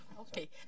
Okay